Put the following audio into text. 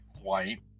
white